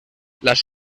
las